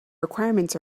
requirements